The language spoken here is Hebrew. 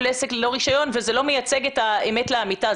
עסק ללא רישיון וזה לא מייצג את האמת לאמיתה.